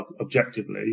objectively